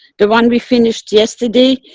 the one we finished yesterday,